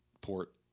port